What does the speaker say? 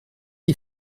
est